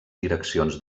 direccions